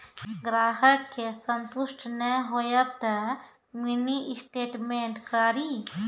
ग्राहक के संतुष्ट ने होयब ते मिनि स्टेटमेन कारी?